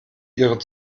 ihre